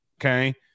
okay